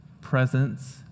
Presence